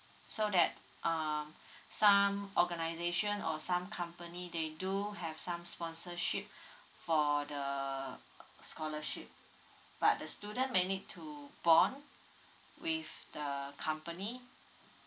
so that uh some organization or some company they do have some sponsorship for the scholarship but the student managed to bond with the company